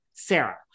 Sarah